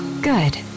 Good